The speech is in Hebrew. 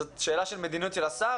זאת שאלה של מדיניות של השר,